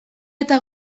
eta